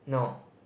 no